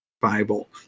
Bible